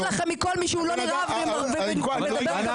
לא